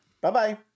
Bye-bye